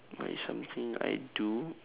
what is something I do